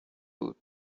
بود